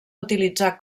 utilitzar